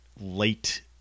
late